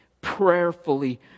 prayerfully